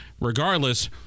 regardless